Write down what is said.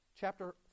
Chapter